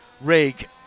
rig